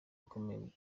ukomeye